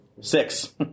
Six